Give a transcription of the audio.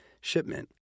shipment